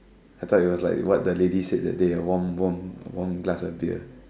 I thought it was like what the lady said that day a warm warm a warm glass of beer